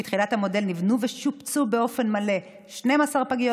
מתחילת המודל נבנו ושופצו באופן מלא 12 פגיות